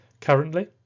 Currently